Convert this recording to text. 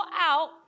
out